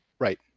Right